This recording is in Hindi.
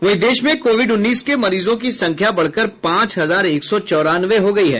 वहीं देश में कोविड उन्नीस के मरीजों की संख्या बढ़कर पांच हजार एक सौ चौरानवे हो गयी है